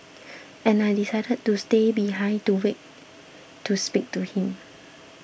and I decided to stay behind to wait to speak to him